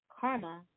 Karma